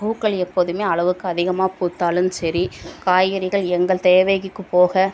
பூக்கள் எப்போதும் அளவுக்கு அதிகமாக பூத்தாலும் சரி காய்கறிகள் எங்கள் தேவைக்கு போக